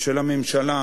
של הממשלה,